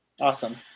Awesome